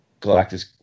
Galactus